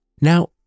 Now